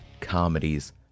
comedies